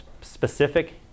specific